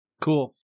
Cool